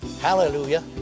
Hallelujah